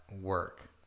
work